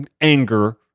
anger